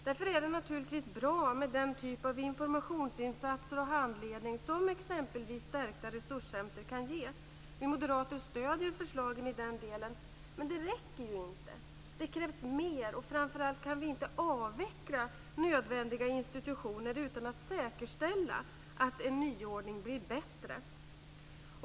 Därför är det naturligtvis bra med den typ av informationsinsatser och handledning som exempelvis stärkta resurscenter kan ge. Vi moderater stöder förslagen i den delen. Men detta räcker inte. Det krävs mer. Framför allt kan vi inte avveckla nödvändiga institutioner utan att säkerställa att en nyordning blir bättre.